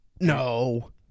No